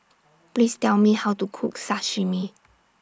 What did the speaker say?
Please Tell Me How to Cook Sashimi